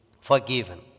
forgiven